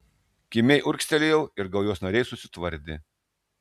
kimiai urgztelėjau ir gaujos nariai susitvardė